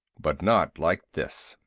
but not like this,